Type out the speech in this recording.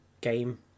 game